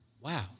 Wow